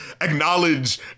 acknowledge